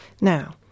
now